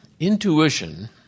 Intuition